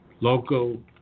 local